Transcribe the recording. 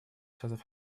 штатов